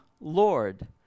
Lord